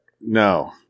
No